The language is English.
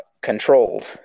controlled